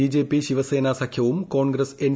BJP Shivsena സഖ്യവും Congress N